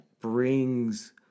Brings